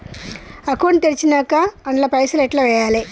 Account తెరిచినాక అండ్ల పైసల్ ఎట్ల వేయాలే?